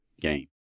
game